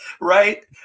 Right